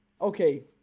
Okay